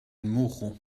mourront